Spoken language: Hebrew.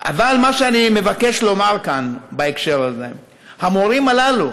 אבל מה שאני מבקש לומר כאן בהקשר הזה הוא שהמורים הללו,